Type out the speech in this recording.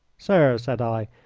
sir, said i,